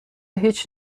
هیچ